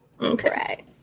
Okay